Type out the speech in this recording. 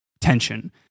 tension